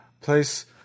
place